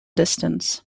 distance